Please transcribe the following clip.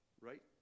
right